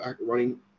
running